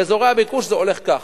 באזורי הביקוש זה הולך ככה.